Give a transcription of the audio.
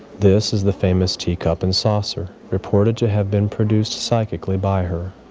this is the famous teacup and saucer reported to have been produced psychically by her.